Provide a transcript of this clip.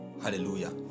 hallelujah